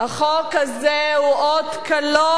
החוק הזה הוא אות קלון,